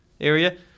area